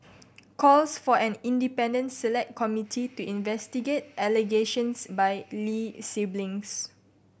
calls for an independent Select Committee to investigate allegations by Lee siblings